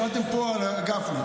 שאלתם פה על גפני.